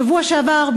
בשבוע שעבר,